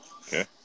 Okay